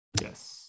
yes